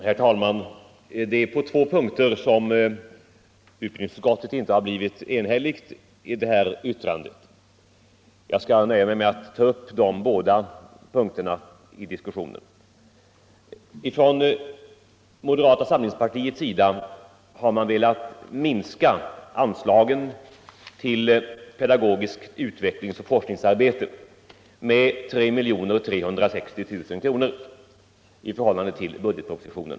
Herr talman! På två punkter i förevarande betänkande har utbildningsutskottet inte blivit enhälligt, och jag skall nöja mig med att här i debatten ta upp de båda punkterna. Från moderata samlingspartiet har man velat minska anslaget till pedagogiskt utvecklingsoch forskningsarbete med 3 360 000 kr. i förhållande till budgetpropositionen.